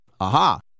Aha